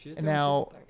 Now